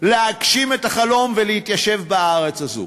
להגשים את החלום ולהתיישב בארץ הזאת.